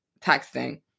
texting